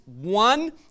one